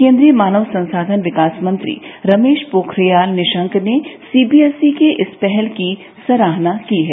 केन्द्रीय मानव संसाधन विकास मंत्री रमेश पोखरियाल निशंक ने सीबीएसई की इस पहल की सराहना की है